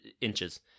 inches